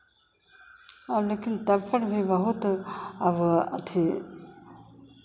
अब लेकिन तब पर भी बहुत अब अथि